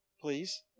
Please